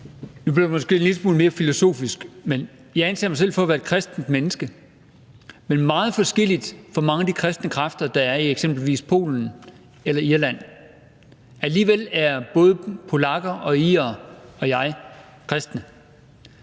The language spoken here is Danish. Nu bliver det måske en lille smule mere filosofisk. Jeg anser mig selv for at være et kristent menneske, men meget forskellig fra mange af de kristne kræfter, der eksempelvis er i Polen eller Irland. Alligevel er både polakker og irere og jeg kristne.